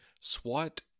SWAT